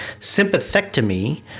sympathectomy